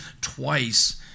twice